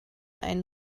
einen